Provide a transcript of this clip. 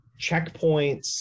checkpoints